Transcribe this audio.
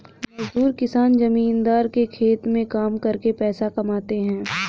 मजदूर किसान जमींदार के खेत में काम करके पैसा कमाते है